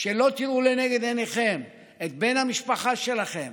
לא תראו לנגד עיניכם את בן המשפחה שלכם,